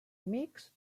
amics